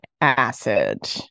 acid